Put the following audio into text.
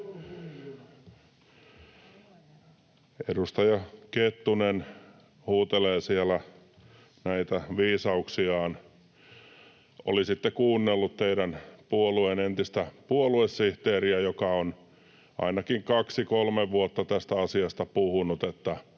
Edustaja Kettunen huutelee siellä näitä viisauksiaan. Olisitte kuunnellut teidän puolueenne entistä puoluesihteeriä, joka on ainakin kaksi kolme vuotta tästä asiasta puhunut, että